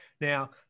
Now